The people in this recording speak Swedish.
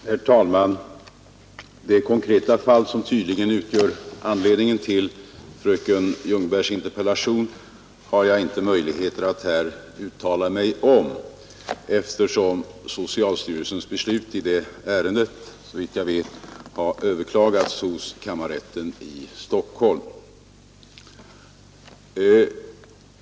Herr talman! Det konkreta fall som tydligen utgör anledningen till fröken Ljungbergs interpellation har jag inte möjligheter att här uttala mig om, eftersom socialstyrelsens beslut i det ärendet, såvitt jag vet, har överklagats hos kammarrätten i Stockholm.